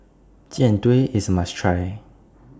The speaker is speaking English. Jian Dui IS must Try